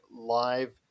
live